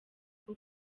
bwo